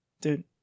Dude